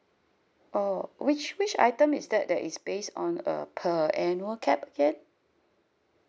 oh which which item is that that is base on uh per annual cap again